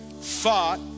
fought